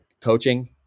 coaching